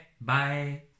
bye